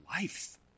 life